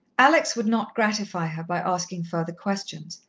alex would not gratify her by asking further questions.